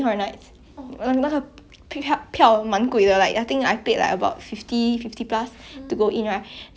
then I go in 我进去有一个有一个 haunted house like really very scary lah then I think at the end there was a very big jump scare